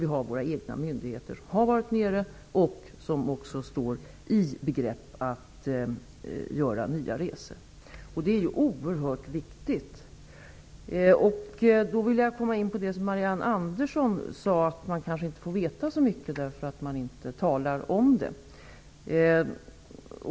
Vi har våra egna mydigheter som har varit nere och som också står i begrepp att göra nya resor. Det är oerhört viktigt. Jag vill kommentera det som Marianne Andersson sade om att man kanske inte får veta så mycket, eftersom det inte talas om det.